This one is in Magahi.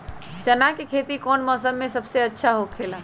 चाना के खेती कौन मौसम में सबसे अच्छा होखेला?